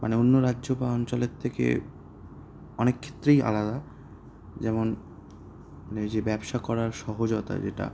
মানে অন্য রাজ্য বা অঞ্চলের থেকে অনেক ক্ষেত্রেই আলাদা যেমন যে ব্যবসা করার সহজতা যেটা